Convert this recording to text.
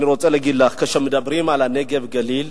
כאשר מדברים על נגב-גליל,